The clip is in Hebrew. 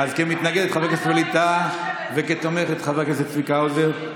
מתנגד חבר הכנסת ווליד טאהא ותומך חבר הכנסת צביקה האוזר.